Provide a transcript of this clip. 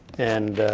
and